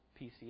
PCA